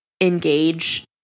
engage